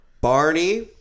Barney